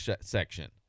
section